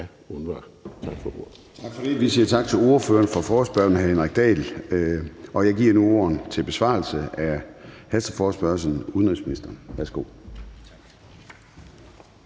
Vi siger tak til ordføreren for forespørgerne, hr. Henrik Dahl. Jeg giver nu ordet til besvarelse af hasteforespørgslen. Udenrigsministeren,